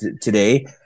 today